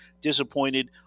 disappointed